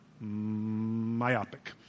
Myopic